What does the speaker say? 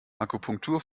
akupunktur